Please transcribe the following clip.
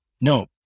No